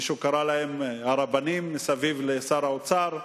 מישהו קרא להם: הרבנים סביב שר האוצר,